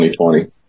2020